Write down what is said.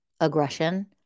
aggression